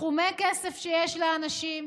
סכומי כסף שיש לאנשים,